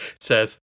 says